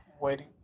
Waiting